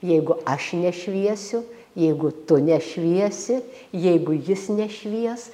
jeigu aš nešviesiu jeigu tu nešviesi jeigu jis nešvies